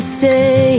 say